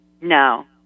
No